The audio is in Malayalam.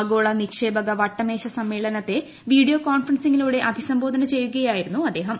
ആഗോള നിക്ഷേപക വട്ടമേശ സമ്മേളനത്തെ വീഡിയോ കോൺഫറൻസിങ്ങിലൂടെ അഭിസംബോധന ചെയ്യുകയായിരുന്നു അദ്ദേഹം